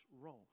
wrong